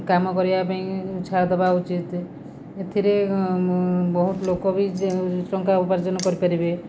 କାମ କରିବା ପାଇଁ ଉତ୍ସାହ ଦବା ଉଚିତ୍ ଏଥିରେ ବହୁତ ଲୋକବି ଟଙ୍କା ଉପାର୍ଜନ କରିପାରିବେ